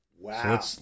Wow